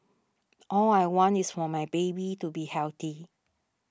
all I want is for my baby to be healthy